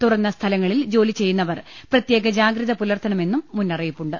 തുറന്ന സ്ഥലങ്ങളിൽ ജോലി ചെയ്യുന്നവർ പ്രത്യേക ജാഗ്രത പുലർത്തണമെന്നും മുന്നറിയിപ്പുണ്ട്